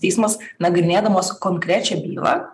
teismas nagrinėdamas konkrečią bylą